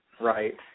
right